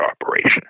operation